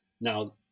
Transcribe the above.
Now